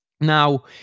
Now